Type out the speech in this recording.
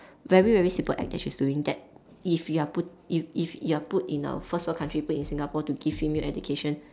very very simple act that she's doing that if you are put if if you are put in a first world country put in Singapore to give female education